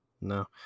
No